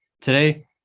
Today